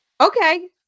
okay